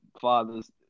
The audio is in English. fathers